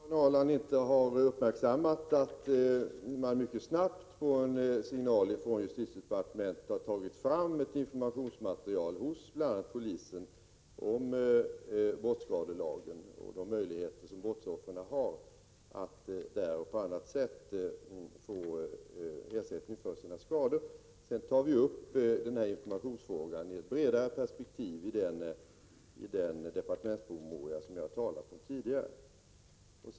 Herr talman! Jag beklagar att Karin Ahrland inte har uppmärksammat att man mycket snabbt på en signal från justitiedepartementet har tagit fram ett informationsmaterial hos bl.a. polisen om brottsskadelagen och de möjligheter som brottsoffer har att få ersättning för sina skador. Sedan tar vi upp informationsfrågan i ett bredare perspektiv i den departementspromemoria som jag har talat om tidigare.